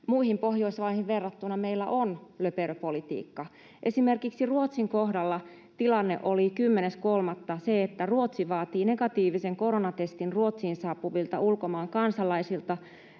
muihin Pohjoismaihin verrattuna meillä on löperö politiikka. Esimerkiksi Ruotsin kohdalla tilanne oli 10.3. se, että Ruotsi vaatii negatiivisen koronatestin Ruotsiin saapuvilta ulkomaan kansalaisilta